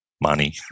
money